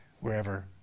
wherever